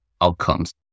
outcomes